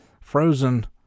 Frozen